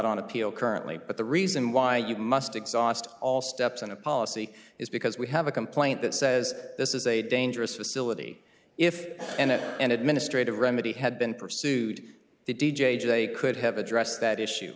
on appeal currently but the reason why you must exhaust all steps in a policy is because we have a complaint that says this is a dangerous facility if and that an administrative remedy had been pursued the d j today could have addressed that issue